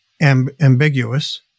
ambiguous